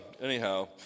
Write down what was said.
anyhow